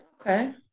Okay